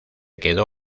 quedó